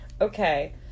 Okay